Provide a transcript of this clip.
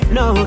no